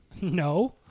No